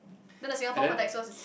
then the Singapore is